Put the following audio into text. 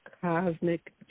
Cosmic